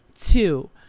Two